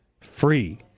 free